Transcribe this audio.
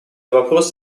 вопрос